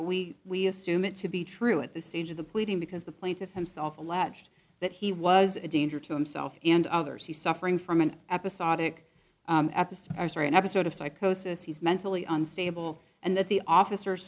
we we assume it to be true at this stage of the pleading because the plaintiff himself alleged that he was a danger to himself and others he's suffering from an episodic episode an episode of psychosis he's mentally unstable and that the officer